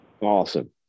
awesome